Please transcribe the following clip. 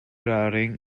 ralring